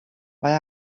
mae